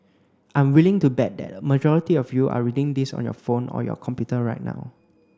I'm willing to bet that a majority of you are reading this on your phone or your computer right now